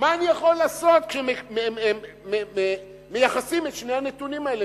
מה אני יכול לעשות כשמייחסים את שני הנתונים האלה,